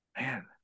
man